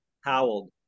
howled